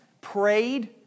prayed